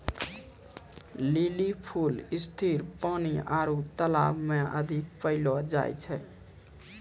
lily फूल स्थिर पानी आरु तालाब मे अधिक पैलो जाय छै